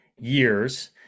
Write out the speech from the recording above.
years